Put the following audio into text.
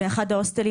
באחד ההוסטלים,